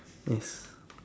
yes